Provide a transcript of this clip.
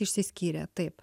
išsiskyrė taip